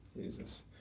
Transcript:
Jesus